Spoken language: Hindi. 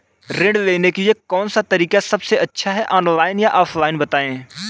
ऋण लेने के लिए कौन सा तरीका सबसे अच्छा है ऑनलाइन या ऑफलाइन बताएँ?